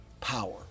power